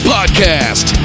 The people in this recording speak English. Podcast